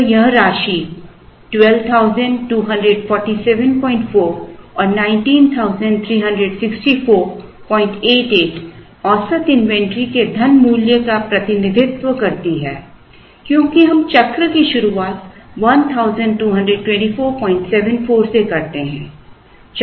तो यह राशि 122474 और 19364 औसत इन्वेंट्री के धन मूल्य का प्रतिनिधित्व करती है क्योंकि हम चक्र की शुरुआत 122474 से करते हैं